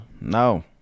no